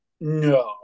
No